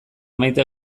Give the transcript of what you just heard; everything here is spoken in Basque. maite